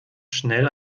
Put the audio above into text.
schnell